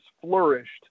flourished